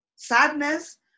Sadness